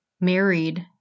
married